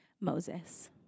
Moses